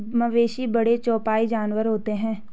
मवेशी बड़े चौपाई जानवर होते हैं